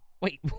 Wait